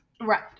right